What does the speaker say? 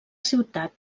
ciutat